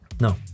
No